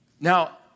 Now